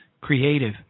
creative